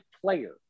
player